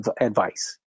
advice